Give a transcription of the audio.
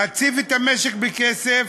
להציף את המשק בכסף.